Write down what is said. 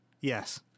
Yes